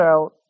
out